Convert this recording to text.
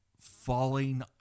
falling